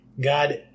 God